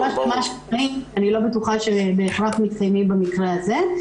אני לא בטוחה שבהכרח מתקיימים במקרה הזה.